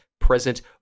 present